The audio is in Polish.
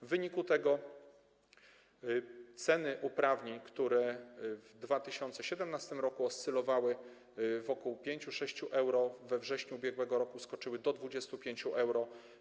W wyniku tego ceny uprawnień, które w 2017 r. oscylowały wokół 5, 6 euro, we wrześniu ubiegłego roku skoczyły do 25 euro.